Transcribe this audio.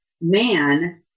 man